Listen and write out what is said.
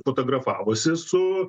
fotografavosi su